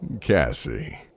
Cassie